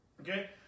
Okay